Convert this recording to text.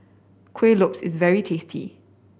Kuih Lopes is very tasty